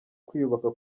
kwiyubaka